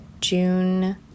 June